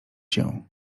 się